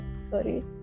sorry